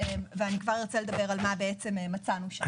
ואני ארצה לדבר על מה מצאנו שם.